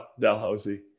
Dalhousie